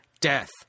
death